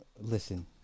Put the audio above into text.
listen